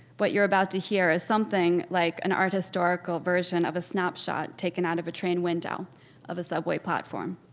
what you're about to hear is something like an art historical version of a snapshot taken out of a train window of a subway platform.